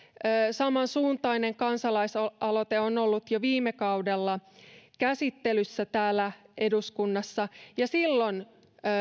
samansuuntainen kansalaisaloite on ollut jo viime kaudella käsittelyssä täällä eduskunnassa silloin